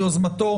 מיוזמתו,